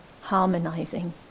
harmonizing